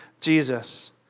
Jesus